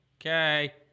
Okay